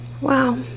Wow